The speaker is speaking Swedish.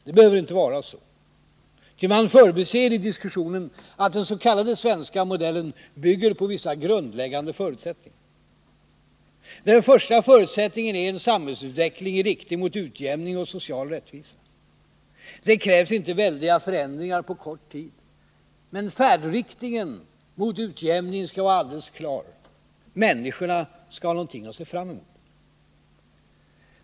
Det behöver inte vara så. Ty man förbiser i diskussionen att den s.k. svenska modellen bygger på vissa grundläggande förutsättningar. Den första förutsättningen är en samhällsutveckling i riktning mot utjämning och social rättvisa. Det krävs inte väldiga förändringar på kort tid. Men färdriktningen skall vara alldeles klar. Människorna skall ha någonting att se fram emot.